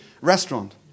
restaurant